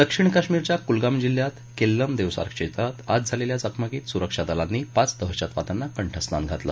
दक्षिण कश्मिरच्या कुलगाम जिल्ह्यात केल्लम देवसार क्षेत्रात आज झालेल्या चकमकीत सुरक्षा दलांनी पाच दहशतवाद्यांना कंठस्नान घातलं